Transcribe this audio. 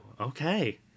okay